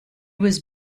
was